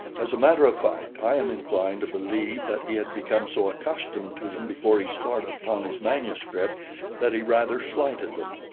as a matter of fact, i am inclined to believe that he had become so accustomed to them before he started upon his manuscript that he rather slighted them.